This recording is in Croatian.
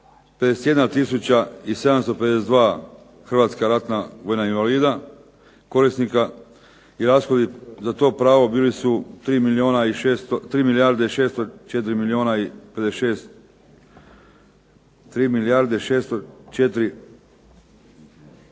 i 752 hrvatska ratna vojna invalida korisnika i rashodi za to pravo bili su 3